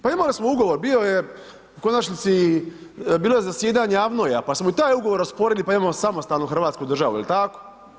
Pa imali smo ugovor, bio je u konačnici, bilo je zasjedanje AVNOJ-a pa smo i taj ugovor osporili pa imamo samostalnu hrvatsku državu, jel' tako?